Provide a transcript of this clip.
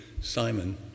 Simon